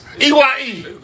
EYE